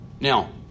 now